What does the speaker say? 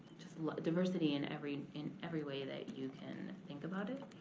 just diversity in every in every way that you can think about it.